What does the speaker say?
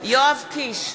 יואב קיש,